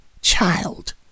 child